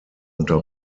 unter